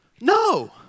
No